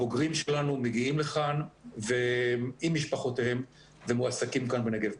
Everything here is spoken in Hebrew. הבוגרים שלנו מגיעים לכאן עם משפחותיהם ומועסקים כאן בנגב.